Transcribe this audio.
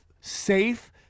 safe